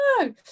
no